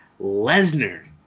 Lesnar